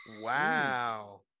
Wow